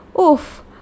oof